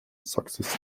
success